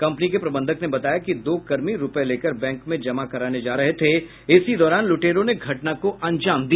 company के प्रबंधक ने बताया कि दो कर्मी रुपए लेकर बैंक में जमा कराने जा रहे थे इसी दौरान लुटेरों ने घटना को अंजाम दिया